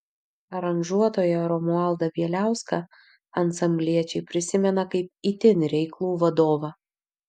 aranžuotoją romualdą bieliauską ansambliečiai prisimena kaip itin reiklų vadovą